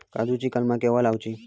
काजुची कलमा केव्हा लावची?